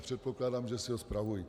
Předpokládám, že si ho spravují.